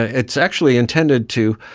ah it's actually intended to,